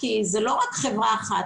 זה לא רק חברה אחת.